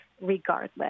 regardless